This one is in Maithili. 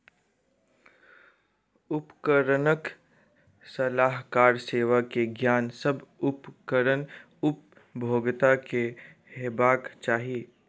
उपकरणक सलाहकार सेवा के ज्ञान, सभ उपकरण उपभोगता के हेबाक चाही